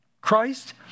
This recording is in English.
Christ